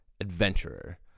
adventurer